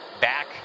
back